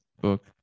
book